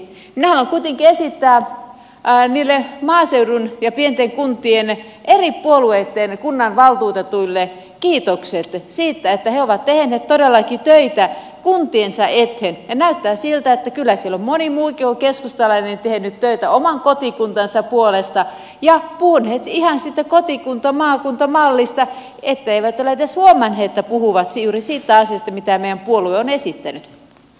minä haluan kuitenkin esittää niille maaseudun ja pienten kuntien eri puolueitten kunnanvaltuutetuille kiitokset siitä että he ovat tehneet todellakin töitä kuntiensa eteen ja näyttää siltä että kyllä siellä on moni muukin kuin keskustalainen tehnyt töitä oman kotikuntansa puolesta ja puhunut ihan siitä kotikuntamaakunta mallista että ei ole edes huomannut että puhuu juuri siitä asiasta mitä meidän puolueemme on esittänyt